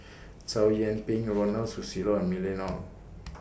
Chow Yian Ping Ronald Susilo and Mylene Ong